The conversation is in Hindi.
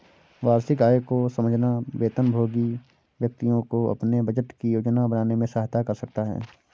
वार्षिक आय को समझना वेतनभोगी व्यक्तियों को अपने बजट की योजना बनाने में सहायता कर सकता है